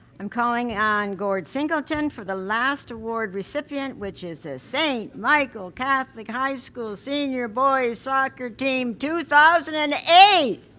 i'm calling on gord singleton for the last award recipient which is the st michael catholic high school senior boys soccer team two thousand and eight.